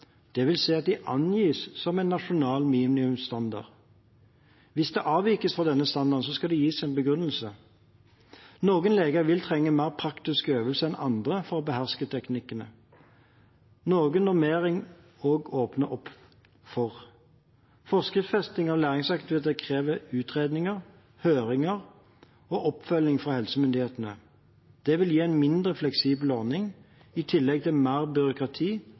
dvs. at de angis som en nasjonal minimumsstandard. Hvis det avvikes fra denne standarden, skal det gis en begrunnelse. Noen leger vil trenge mer praktisk øvelse enn andre for å beherske teknikkene, noe normeringen også åpner opp for. Forskriftsfesting av læringsaktiviteter krever utredninger, høringer og oppfølging fra helsemyndighetene. Det vil gi en mindre fleksibel ordning i tillegg til mer byråkrati